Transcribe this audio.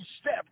step